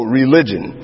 religion